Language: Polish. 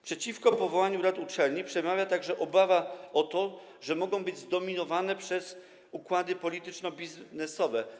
Przeciwko powołaniu rad uczelni przemawia także obawa o to, że mogą być zdominowane przez układy polityczno-biznesowe.